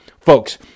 Folks